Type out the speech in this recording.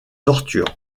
torture